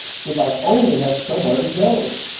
if i only had somewhere to go!